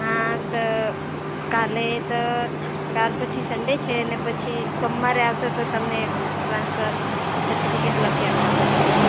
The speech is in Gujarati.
હા તો કાલે તો કાલ પછી સંડે છે ને પછી સોમવારે આવશો તો તમને ટ્રાન્સફર સર્ટિફિકેટ લખી આપવામાં આવશે